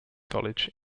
college